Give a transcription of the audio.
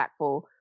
impactful